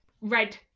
red